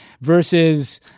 versus